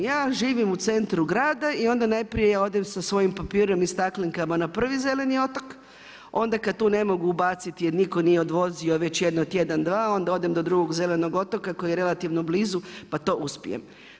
Ja živim u centru grada i onda najprije ja odem sa svojim papirom i staklenkama na prvi zeleni otok, onda kada tu ne mogu ubaciti jer nitko nije odvozio već jedno tjedan, dva, onda odem do drugog zelenog otoka koji je relativno blizu pa to uspijem.